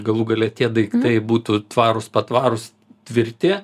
galų gale tie daiktai būtų tvarūs patvarūs tvirti